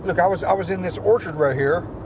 look, i was i was in this orchard right here,